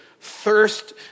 thirst